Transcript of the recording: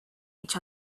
each